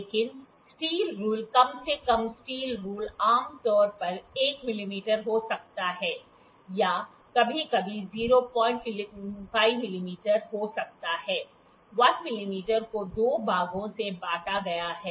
लेकिन steel rule कम से कम स्टील रूल आम तौर पर 1 मिमी हो सकता है या यह कभी कभी 05 मिमी हो सकता है 1 mm को दो भागों में बांटा गया है